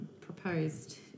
proposed